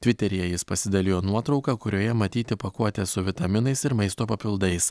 tviteryje jis pasidalijo nuotrauka kurioje matyti pakuotė su vitaminais ir maisto papildais